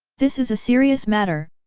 this is a serious matter,